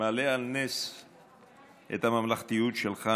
מעלה על נס את הממלכתיות שלך,